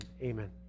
amen